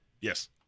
Yes